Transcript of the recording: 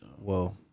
Whoa